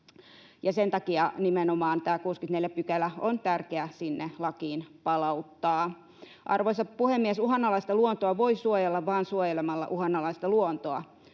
sen takia nimenomaan tämä 64 § on tärkeä sinne lakiin palauttaa. Arvoisa puhemies! Uhanalaista luontoa voi suojella vain suojelemalla uhanalaista luontoa,